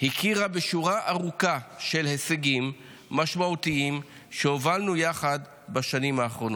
הכירה בשורה ארוכה של הישגים משמעותיים שהובלנו יחד בשנים האחרונות.